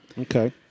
okay